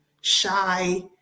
shy